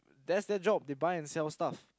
that's their job they buy and sell stuff